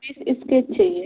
बीस इस्केच चाहिए